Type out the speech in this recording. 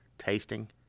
Tasting